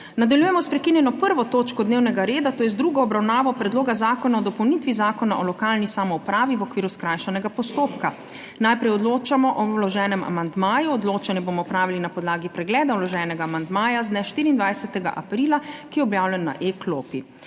Nadaljujemo s **prekinjeno 1. točko dnevnega reda - druga obravnava Predloga zakona o dopolnitvi Zakona o lokalni samoupravi, v okviru skrajšanega postopka.** Najprej odločamo o vloženem amandmaju. Odločanje bomo opravili na podlagi pregleda vloženega amandmaja z dne 24. aprila, ki je objavljen na e-klopi.